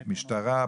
משטרה,